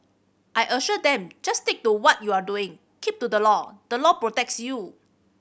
I assured them just stick to what you are doing keep to the law the law protects you